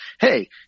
hey